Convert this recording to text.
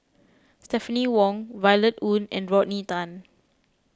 Stephanie Wong Violet Oon and Rodney Tan